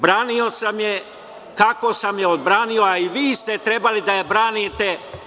Branio sam je kako sam je odbranio, a i vi ste trebali da je branite.